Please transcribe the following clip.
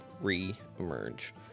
re-emerge